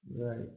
Right